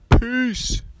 peace